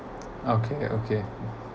okay okay